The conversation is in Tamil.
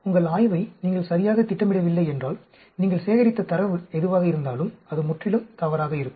உங்கள் ஆய்வை நீங்கள் சரியாக திட்டமிடவில்லை என்றால் நீங்கள் சேகரித்த தரவு எதுவாக இருந்தாலும் அது முற்றிலும் தவறாக இருக்கும்